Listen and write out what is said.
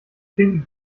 klinken